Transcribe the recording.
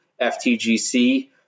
FTGC